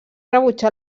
rebutjar